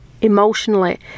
emotionally